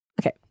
Okay